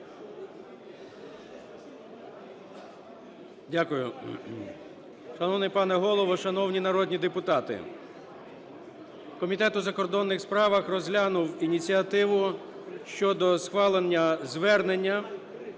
Дякую. Шановний пане Голово, шановні народні депутати, Комітет у закордонних справах розглянув ініціативу щодо схвалення звернення